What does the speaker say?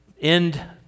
end